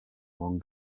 one